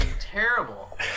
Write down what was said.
terrible